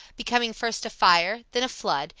becoming first a fire, then a flood,